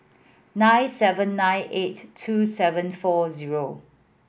nine seven nine eight two seven four zero